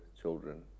children